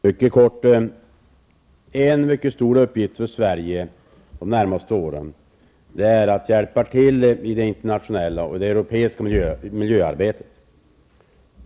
Herr talman! En mycket stor uppgift för Sverige de närmaste åren är att hjälpa till i det internationella och europeiska miljöarbetet.